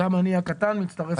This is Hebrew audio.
גם אני הקטן מצטרף לדברים.